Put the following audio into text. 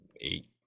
eight